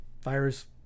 virus